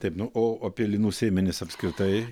taip nu o apie linų sėmenis apskritai